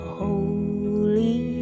holy